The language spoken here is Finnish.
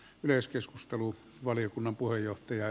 myös keskustelu valiokunnan puheenjohtaja